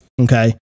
Okay